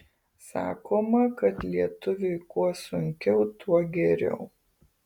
sakoma kad lietuviui kuo sunkiau tuo geriau